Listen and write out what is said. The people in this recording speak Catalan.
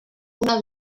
una